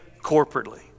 corporately